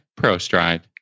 ProStride